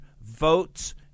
votes